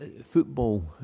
football